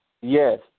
Yes